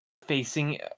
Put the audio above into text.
facing